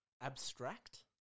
abstract